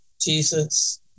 Jesus